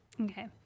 Okay